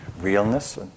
realness